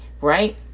right